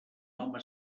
home